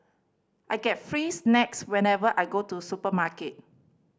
I get free snacks whenever I go to supermarket